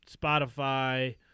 Spotify